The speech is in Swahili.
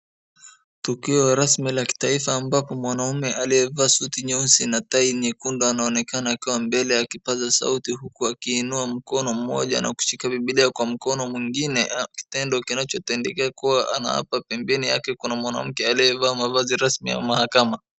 Tukio rasmi la kitaifa ambapo mwanaume aliyevaa suti nyeusi na tai nyekundu anaonekana akiwa mbele ya kipaza sauti huku akiinua mkono mmoja na kushika bibilia kwa mkono mwingine, kitendo kinachotendeka kuwa anaapa, pembeni yake kuna mwanamke aliyevaa mavazi rasmi ya mahakama.